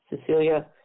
Cecilia